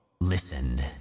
listen